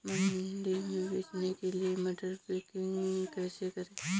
मंडी में बेचने के लिए मटर की पैकेजिंग कैसे करें?